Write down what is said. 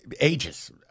ages